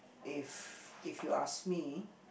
if if you ask me